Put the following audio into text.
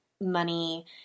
money